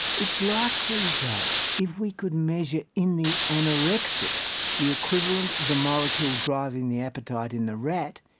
it's likely that, if we could measure in the anorexic the equivalent of the molecule driving the appetite in the rat,